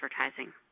advertising